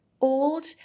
old